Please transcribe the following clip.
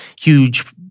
huge